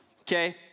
Okay